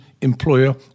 employer